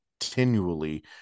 continually